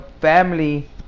family